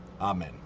Amen